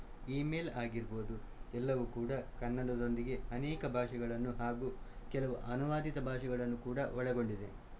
email ಆಗಿರ್ಬೌದು ಎಲ್ಲವೂ ಕೂಡ ಕನ್ನಡದೊಂದಿಗೆ ಅನೇಕ ಭಾಷೆಗಳನ್ನು ಹಾಗೂ ಕೆಲವು ಅನುವಾದಿತ ಭಾಷೆಗಳನ್ನು ಕೂಡ ಒಳಗೊಂಡಿದೆ